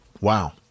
Wow